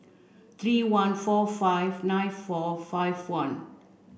three one four five nine four five one